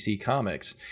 comics